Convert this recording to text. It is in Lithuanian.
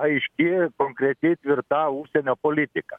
aiški konkreti tvirta užsienio politika